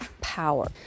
power